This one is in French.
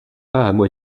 pas